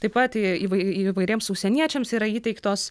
taip pat įvai įvairiems užsieniečiams yra įteiktos